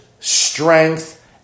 strength